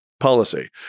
policy